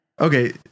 Okay